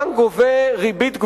הבנק גובה ריבית גבוהה.